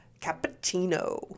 Cappuccino